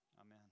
Amen